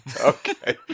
Okay